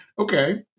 Okay